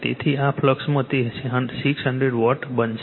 તેથી આ ફ્લક્સમાં તે 600 વોટ બનશે